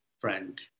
friend